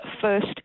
first